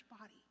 body